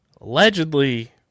Allegedly